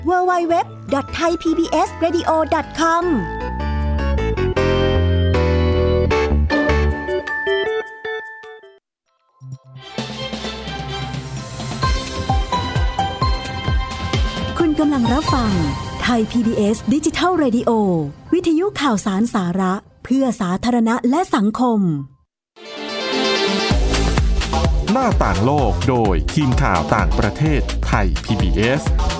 www.thaipbsradio.com คุณกำลังรับฟัง Thai PBS Digital Radio วิทยุข่าวสารสาระเพื่อสาธารณะและสังคมหน้าต่างโลกโดยทีมข่าวต่างประเทศไทย PBS